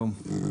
שלום.